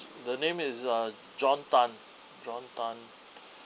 the name is uh john tan john tan